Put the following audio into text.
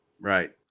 Right